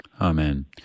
Amen